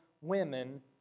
women